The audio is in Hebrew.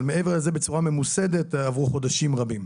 אבל מעבר לזה, בצורה ממוסדת, עברו חודשים רבים.